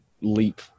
leap